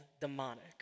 demonic